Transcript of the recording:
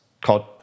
called